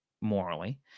morally